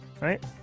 Right